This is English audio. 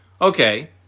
Okay